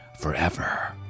forever